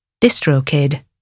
DistroKid